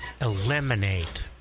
Eliminate